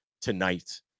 tonight